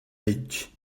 edge